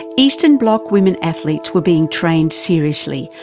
and eastern bloc women athletes were being trained seriously,